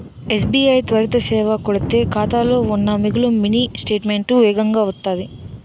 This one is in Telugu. ఎస్.బి.ఐ త్వరిత సేవ కొడితే ఖాతాలో ఉన్న మిగులు మినీ స్టేట్మెంటు వేగంగా వత్తాది